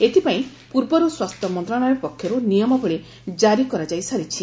ଏଥିପାଇଁ ପୂର୍ବରୁ ସ୍ୱାସ୍ଥ୍ୟ ମନ୍ତ୍ରଣାଳୟ ପକ୍ଷରୁ ନିୟମାବଳୀ ଜାରି କରାଯାଇ ସାରିଛି